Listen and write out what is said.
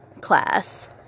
class